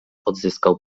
odzyskał